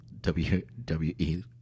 WWE